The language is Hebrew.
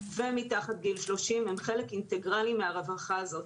ומתחת גיל 30 הם חלק אינטגרלי מהרווחה הזאת.